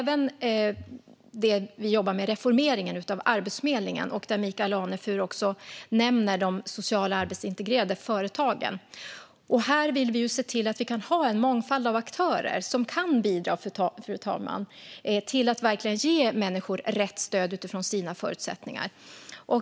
Vi jobbar även med reformeringen av Arbetsförmedlingen. Michael Anefur nämnde de arbetsintegrerande sociala företagen. Här vill vi se till att ha en mångfald av aktörer, fru talman, som kan bidra till att människor verkligen får rätt stöd utifrån sina förutsättningar.